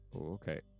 Okay